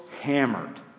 hammered